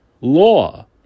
law